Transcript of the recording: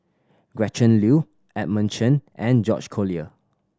Gretchen Liu Edmund Chen and George Collyer